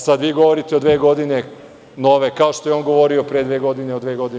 Sada vi govorite dve godine nove, kao što je on govorio pre dve godine o dve nove godine.